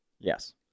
yes